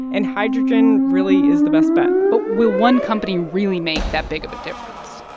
and hydrogen really is the best bet but will one company really make that big of a difference?